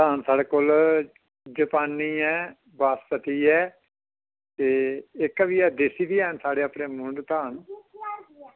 हैन साढ़े कोल जापानी ऐ बासमती ऐ एह् एह्के देसी बी हैन साढ़े अपने मुंड धान